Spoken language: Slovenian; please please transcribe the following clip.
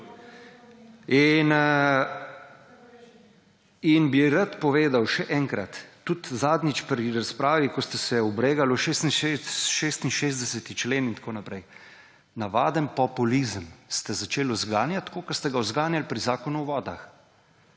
In bi rad povedal še enkrat, tudi zadnjič pri razpravi, ko ste se obregali ob 66. člen in tako naprej, navaden populizem ste začeli zganjati, tako kot ste ga zganjali pri Zakonu o vodah,